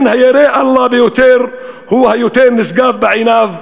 כן הירא אללה ביותר הוא היותר נשגב בעיניו.